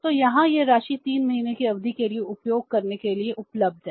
तो यहाँ यह राशि 3 महीने की अवधि के लिए उपयोग करने के लिए उपलब्ध है